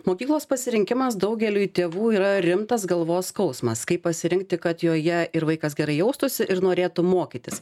mokyklos pasirinkimas daugeliui tėvų yra rimtas galvos skausmas kaip pasirinkti kad joje ir vaikas gerai jaustųsi ir norėtų mokytis